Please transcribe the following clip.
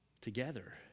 together